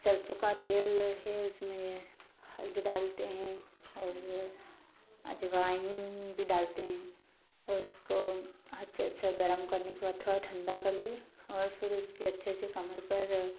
सरसों का तेल है उसमें हल्दी डालते हैं और अजवाइन भी डालते है उसको अच्छे से गर्म करने एक बाद थोडा ठंडा कर लिए और फिर उसके अच्छे से कमर पर